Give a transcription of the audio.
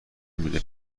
میره